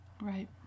Right